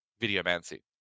videomancy